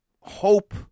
hope